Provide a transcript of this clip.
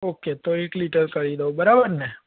okay તો એક litre કરી દવ બરાબર ને